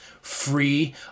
free